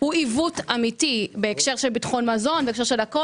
הוא עיוות אמיתי בהקשר של ביטחון מזון והכול.